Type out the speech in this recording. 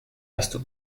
erste